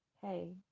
Hey